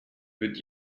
wird